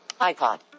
iPod